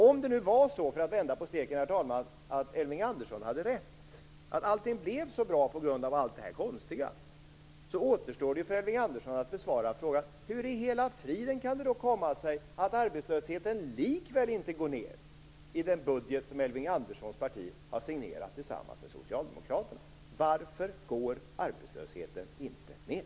Om det nu var så, för att vända på steken, att Elving Andersson hade rätt, att allting blev så bra på grund av allt det här konstiga, återstår det för Elving Andersson att besvara frågan: Hur i hela friden kan det då komma sig att arbetslösheten likväl inte går ned i den budget som Elving Anderssons parti har signerat tillsammans med Socialdemokraterna? Varför går arbetslösheten inte ned?